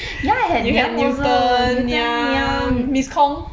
ya I had wei liang also newton niam